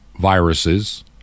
viruses